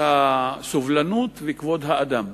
הסובלנות וכבוד האדם.